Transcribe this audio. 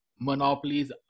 monopolies